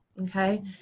okay